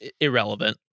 Irrelevant